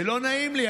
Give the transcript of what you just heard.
לא נעים לי,